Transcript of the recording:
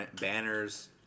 banners